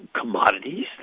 commodities